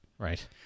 Right